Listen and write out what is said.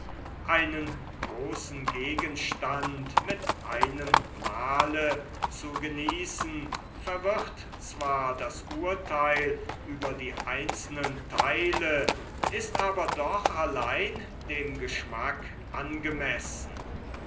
einen großen gegenstand mit einem male zu genießen verwirrt zwar das urtheil über die einzelnen theile ist aber doch allein dem geschmack angemessen